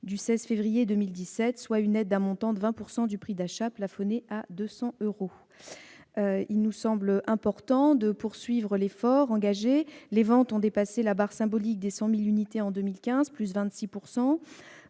du 16 février 2017. Il s'agit d'une aide d'un montant de 20 % du prix d'achat, plafonné à 200 euros. Il nous semble important de poursuivre l'effort engagé. Les ventes ont dépassé la barre symbolique des 100 000 unités en 2015, soit